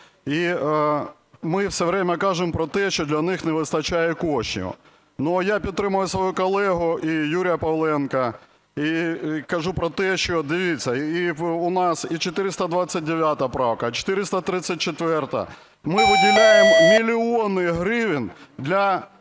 І ми весь час кажемо про те, що для них не вистачає коштів. Але я підтримую свого колегу Юрія Павленка і кажу про те, що, дивіться, в нас і 429 правка, 434-а, ми виділяємо мільйони гривень для